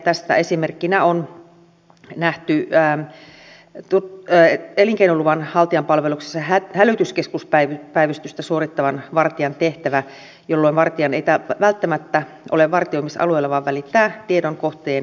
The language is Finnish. tästä esimerkkinä on nähty elinkeinoluvan haltijan palveluksessa hälytyskeskuspäivystystä suorittavan vartijan tehtävä jolloin vartija ei välttämättä ole vartioimisalueella vaan välittää tiedon kohteen murtohälytyksestä tänne vartioimisalueen vartijalle